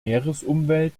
meeresumwelt